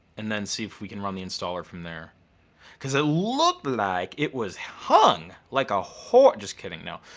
and then see if we can run the installer from there cause it looked like it was hung like a hor just kidding, no.